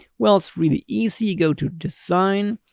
well, it's really easy you go to design,